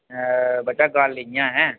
अ बेटा गल्ल इयां ऐ